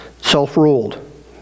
self-ruled